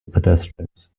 pedestrians